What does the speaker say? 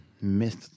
Miss